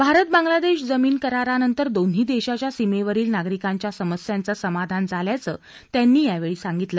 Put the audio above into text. भारत बंगालादेश जमीन करारानंतर दोन्ही देशाच्या सीमेवरील नागरीकांच्या समस्याचं समाधान झाल्याचं त्यांनी यावेळी म्हटलं